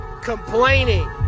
complaining